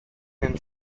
and